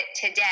today